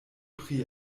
pri